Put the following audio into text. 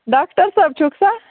doctor صٲب چھُکھ سا